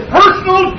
personal